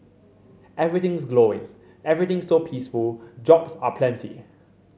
everything's glowing everything's so peaceful jobs are plenty